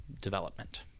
development